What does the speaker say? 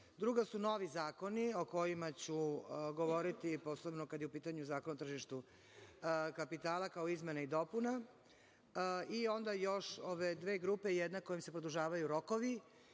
su novi zakoni o kojima ću govoriti, posebno kada je u pitanju Zakon o tržištu kapitala, kao izmena i dopuna, i onda još ove dve grupe jedna kojom se produžavaju rokovi